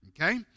okay